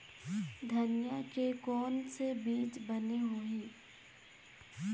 धनिया के कोन से बीज बने होही?